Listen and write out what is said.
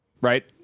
right